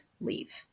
leave